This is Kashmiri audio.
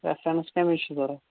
ریفرَنس کَمِچ چھےٚ ضوٚرتھ